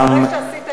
אחרי שעשית את,